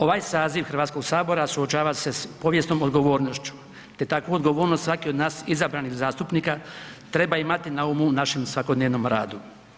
Ovaj saziv Hrvatskog sabora suočava se s povijesnom odgovornošću te takvu odgovornost svaki od nas izabranih zastupnika treba imati na umu u našem svakodnevnom radu.